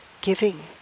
giving